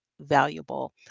valuable